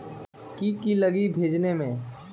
की की लगी भेजने में?